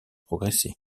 progressé